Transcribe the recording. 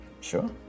Sure